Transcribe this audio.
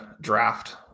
draft